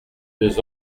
deux